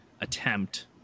Attempt